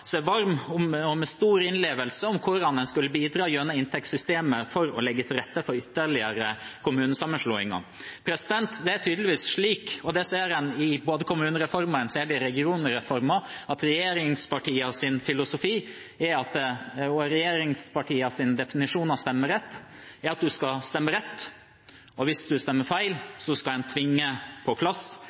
og med stor innlevelse om hvordan en skulle bidra gjennom inntektssystemet for å legge til rette for ytterligere kommunesammenslåinger. Det er tydeligvis slik – det ser en både i kommunereformen og i regionreformen – at regjeringspartienes filosofi, og regjeringspartienes definisjon av stemmerett, er at man skal stemme rett. Hvis man stemmer feil, skal man tvinges på plass,